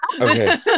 Okay